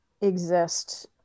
exist